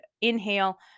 inhale